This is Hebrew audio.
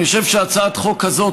אני חושב שהצעת החוק הזאת,